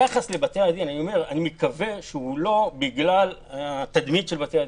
אני שהיחס לבתי-הדין הוא לא בגלל התדמית של בתי-הדין.